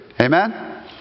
Amen